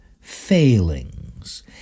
failings